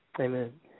Amen